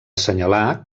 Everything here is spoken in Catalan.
assenyalar